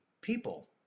people